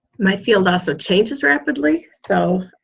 my field also changes rapidly, so.